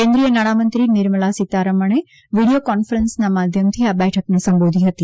કેન્દ્રિય નાણામંત્રી નિર્મલા સીતારમણે વીડીયો કોન્ફરન્સના માધ્યમથી આ બેઠક સંબોધી હતી